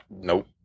nope